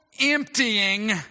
emptying